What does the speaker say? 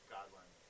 Godwin